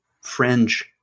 fringe